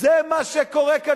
זה מה שקורה כאן.